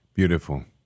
Beautiful